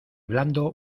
blando